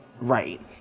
right